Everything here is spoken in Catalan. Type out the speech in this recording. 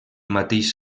mateix